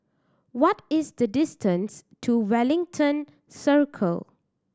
what is the distance to Wellington Circle